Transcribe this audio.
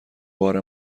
بار